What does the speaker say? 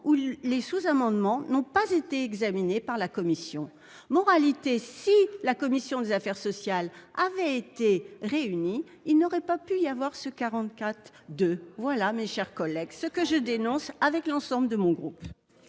ou les sous-amendements n'ont pas été examinés par la commission. Moralité : si la commission des affaires sociales avait été réunie, il n'y aurait pas pu avoir ce vote bloqué. Je le dénonce, avec l'ensemble de mon groupe.